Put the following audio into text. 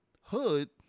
Hood